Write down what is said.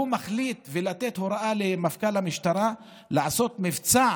הוא מחליט לתת הוראה למפכ"ל המשטרה לעשות את מבצע